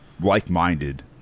like-minded